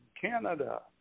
Canada